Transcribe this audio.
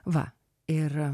va ir